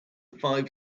five